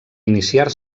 iniciar